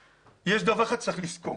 יש דבר אחד שצריך לזכור